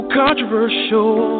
controversial